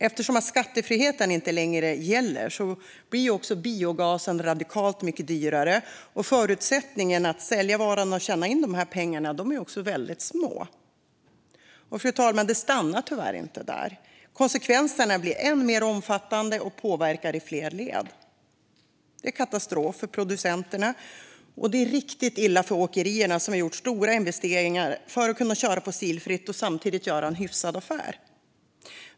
Eftersom skattefriheten inte längre gäller blir biogasen radikalt dyrare, och förutsättningarna för att sälja varan och tjäna in pengarna är väldigt dåliga. Fru talman! Det stannar tyvärr inte där. Konsekvenserna blir än mer omfattande och påverkar i fler led. Det är katastrof för producenterna, och det är riktigt illa för åkerierna, som har gjort stora investeringar för att kunna köra fossilfritt och samtidigt göra en hyfsad affär.